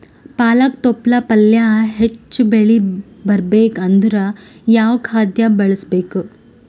ಪಾಲಕ ತೊಪಲ ಪಲ್ಯ ಹೆಚ್ಚ ಬೆಳಿ ಬರಬೇಕು ಅಂದರ ಯಾವ ಖಾದ್ಯ ಬಳಸಬೇಕು?